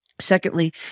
Secondly